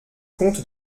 comte